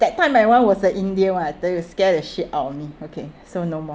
that time my [one] was the india one I tell you scare the shit out of me okay so no more